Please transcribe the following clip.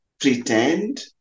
pretend